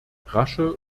rasche